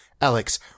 Alex